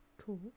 Cool